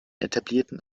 etablierten